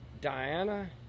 diana